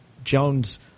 jones